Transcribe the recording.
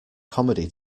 comedy